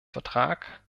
vertrag